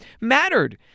mattered